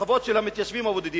זה שבחוות של המתיישבים הבודדים